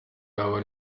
yaba